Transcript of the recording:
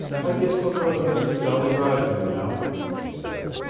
i guess we'll go to mister jolly roger now, she said.